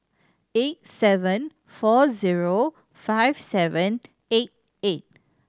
eight seven four zero five seven eight eight